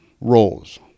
roles